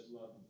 love